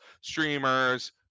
streamers